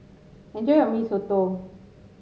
enjoy your Mee Soto